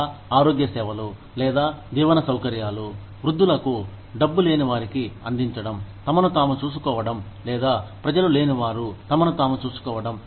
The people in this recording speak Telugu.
లేదా ఆరోగ్య సేవలు లేదా జీవన సౌకర్యాలు వృద్ధులకు డబ్బు లేని వారికి అందించడం తమను తాము చూసుకోవడం లేదా ప్రజలు లేనివారు తమను తాము చూసుకోవడం